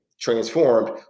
transformed